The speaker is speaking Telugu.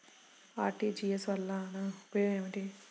అర్.టీ.జీ.ఎస్ వలన ఉపయోగం ఏమిటీ?